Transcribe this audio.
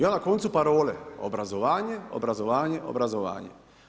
Ja na koncu parole, obrazovanje, obrazovanje, obrazovanje.